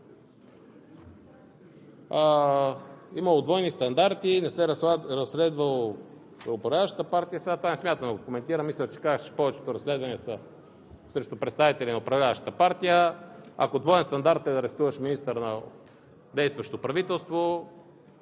имало двойни стандарти и не се разследвала управляващата партия. Сега това не смятам да го коментирам. Мисля, че казах, че повечето разследвания са срещу представители на управляващата партия. Ако двоен стандарт е да арестуваш министър на действащо правителство,